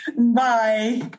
Bye